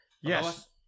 Yes